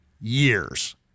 years